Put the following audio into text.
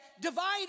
divide